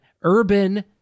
urban